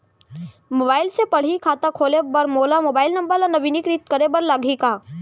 Mobile से पड़ही खाता खोले बर मोला मोबाइल नंबर ल नवीनीकृत करे बर लागही का?